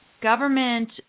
Government